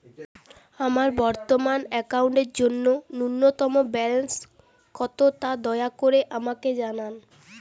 আমার বর্তমান অ্যাকাউন্টের জন্য ন্যূনতম ব্যালেন্স কত তা দয়া করে আমাকে জানান